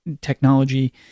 technology